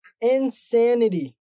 Insanity